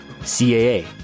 CAA